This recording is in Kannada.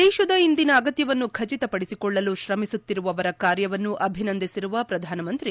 ದೇಶದ ಇಂದಿನ ಅಗತ್ಯವನ್ನು ಖಚಿತಪಡಿಸಿಕೊಳ್ಳಲು ಶ್ರಮಿಸುತ್ತಿರುವವರ ಕಾರ್ಯವನ್ನು ಅಭಿನಂದಿಸಿರುವ ಪ್ರಧಾನಮಂತ್ರಿ